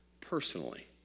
personally